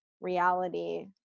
reality